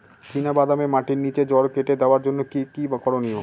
চিনা বাদামে মাটির নিচে জড় কেটে দেওয়ার জন্য কি কী করনীয়?